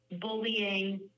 bullying